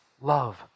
love